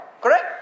Correct